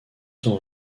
sont